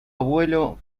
abuelo